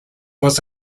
was